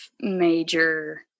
major